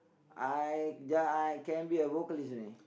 I ya I can be a vocalist only